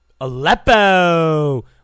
Aleppo